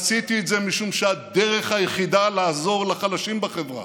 עשיתי את זה משום שהדרך היחידה לעזור לחלשים בחברה,